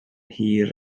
hir